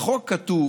בחוק כתוב